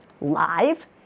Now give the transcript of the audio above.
live